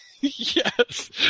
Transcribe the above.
Yes